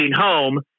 home